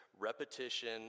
repetition